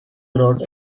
brought